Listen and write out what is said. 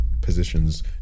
positions